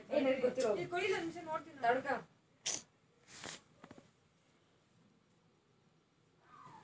ಆರ್ಥಿಕ ವರ್ಷ್ ಮುಗ್ದ್ಮ್ಯಾಲೆ ಹತ್ತ ಲೇಫ್ ಚೆಕ್ ಬುಕ್ಗೆ ನಲವತ್ತ ರೂಪಾಯ್ ಮತ್ತ ಅದರಾಗ ಜಿ.ಎಸ್.ಟಿ ನು ಕೂಡಸಿರತಾರ